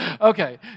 okay